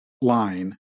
line